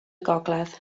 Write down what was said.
gogledd